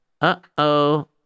Uh-oh